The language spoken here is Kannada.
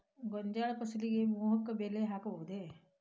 ಗೋಂಜಾಳ ಫಸಲಿಗೆ ಮೋಹಕ ಬಲೆ ಹಾಕಬಹುದೇ?